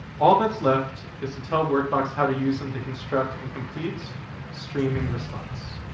all that's left is to tell workbox how to use them to construct a complete streaming response.